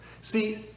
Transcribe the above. See